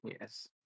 yes